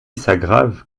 s’aggravent